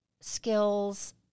skills